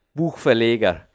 Buchverleger